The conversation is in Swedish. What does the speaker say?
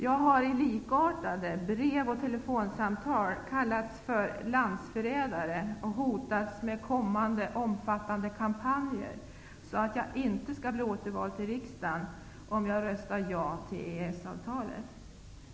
Jag har i brev och telefonsamtal kallats för landsförrädare och hotats med kommande omfattande kampanjer, så att jag inte skall bli återvald till riksdagen om jag röstar ja till EES-avtalet.